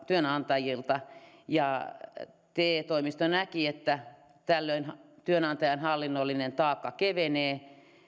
työnantajilta te toimisto näki että tällöin työnantajan hallinnollinen taakka kevenee